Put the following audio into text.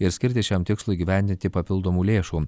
ir skirti šiam tikslui įgyvendinti papildomų lėšų